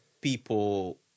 people